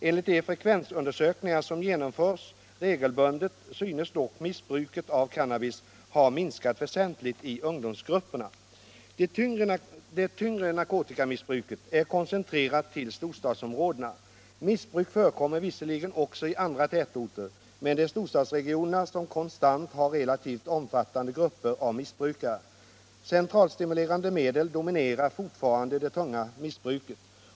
Enligt de frekvensundersökningar som genomförs regelbundet synes dock missbruket av cannabis ha minskat väsentligt i ungdomsgrupperna. Det tyngre narkotikamissbruket är koncentrerat till storstadsområdena. Missbruk förekommer visserligen också i andra tätorter, men det är storstadsregionerna som konstant har relativt omfattande grupper av missbrukare. Centralstimulerande medel dominerar fortfarande det tunga missbruket.